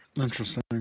interesting